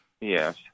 Yes